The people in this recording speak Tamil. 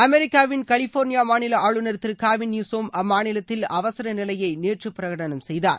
அமெரிக்காவின் கலிபோர்னியா மாநில ஆளுநர் திரு காவின் நியூசோம் அம்மாநிலத்தில் அவசர நிலையை நேற்று பிரகடனம் செய்தார்